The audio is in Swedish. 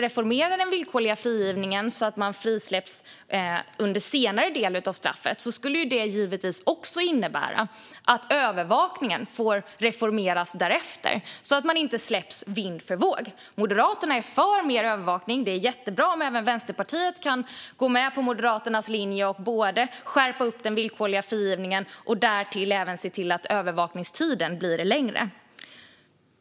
Reformeras den villkorliga frigivningen så att man släpps fri under en senare del av straffet måste övervakningen givetvis anpassas, så att man inte släpps vind för våg. Moderaterna är för mer övervakning. Det är jättebra om även Vänsterpartiet kan gå med på Moderaternas linje och både skärpa upp den villkorliga frigivningen och se till att övervakningstiden blir längre.